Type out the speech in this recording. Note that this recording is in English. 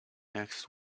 next